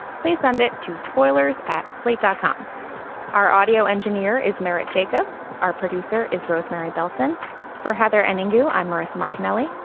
please send it to spoilers at slate dot com our audio engineer is married jacob our producer is rosemary belson for heather and ingo. i'm maurice martinelli.